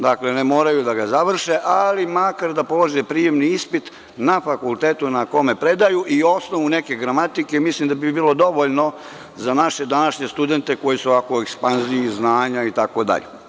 Dakle, ne moraju da ga završe, ali makar da polože prijemni ispit na fakultetu na kome predaju i osnovu neke gramatike, mislim da bi bilo dovoljno za naše današnje studente koji su ovako u ekspanziji znanja itd.